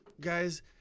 guys